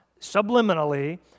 subliminally